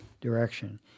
direction